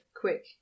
quick